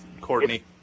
Courtney